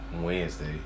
Wednesday